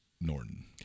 Norton